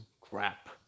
crap